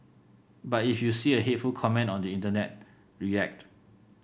but if you see a hateful comment on the internet react